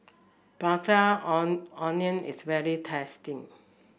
prata on onion is very tasty